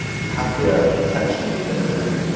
you have their attention within a minute,